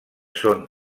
són